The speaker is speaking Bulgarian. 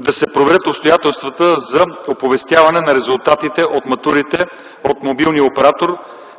„Да се проверят обстоятелствата за оповестяване на резултатите от матурите от мобилен оператор